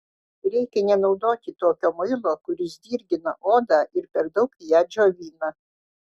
reikia nenaudoti tokio muilo kuris dirgina odą ir per daug ją džiovina